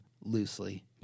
loosely